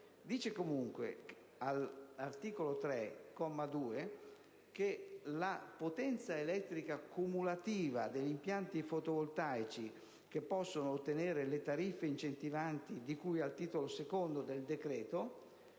3, comma 2, afferma che la potenza elettrica cumulativa degli impianti fotovoltaici che possono ottenere le tariffe incentivanti, di cui al titolo II del decreto,